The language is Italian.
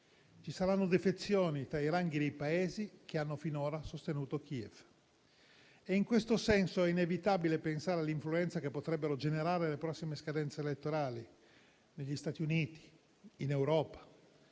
ci saranno defezioni tra i ranghi dei Paesi che hanno finora sostenuto Kiev. In questo senso, è inevitabile pensare all'influenza che potrebbero generare le prossime scadenze elettorali negli Stati Uniti e in Europa